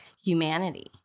humanity